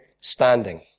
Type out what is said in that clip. standing